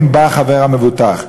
קופת-החולים שבה המבוטח חבר.